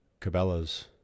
Cabela's